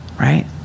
right